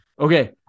Okay